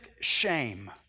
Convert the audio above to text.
shame